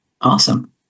Awesome